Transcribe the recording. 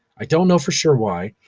i don't know for sure why,